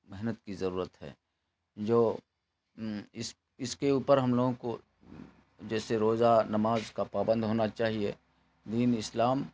محنت کی ضرورت ہے جو اس اس کے اوپر ہم لوگوں کو جیسے روزہ نماز کا پابند ہونا چاہیے دین اسلام